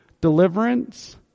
deliverance